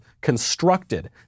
constructed